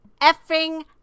effing